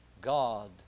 God